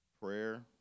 prayer